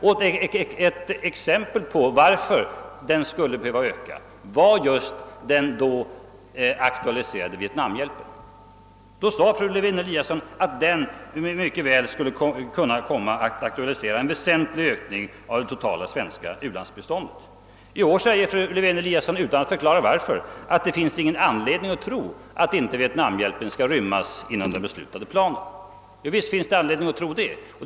Ett exempel på varför den skulle behöva öka var just den då aktualiserade vietnamhjälpen. Fru Lewén-Eliasson sade då att denna mycket väl skulle kunna komma att aktualisera en väsentlig ökning av det totala svenska u-landsbiståndet. Utan att förklara varför säger fru Lewén-Eliasson i år att det inte finns någon anledning att tro att vietnamhjälpen inte skall rymmas i den beslutade planen. Jo, visst finns det anledning att misstänka det.